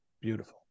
Beautiful